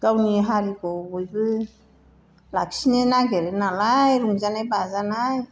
गावनि हारिखौ बयबो लाखिनो नागिरो नालाय रंजानाय बाजानाय